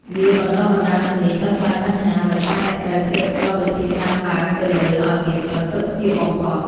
វាបណ្ដុះបណ្ដាលជំនាញដោះស្រាយបញ្ហា ដោយសារអ្នកត្រូវគិតរកវិធីសាស្ត្រឡើងទៅលើឱ្យមានប្រសិទ្ធភាពបំផុត។